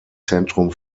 zentrum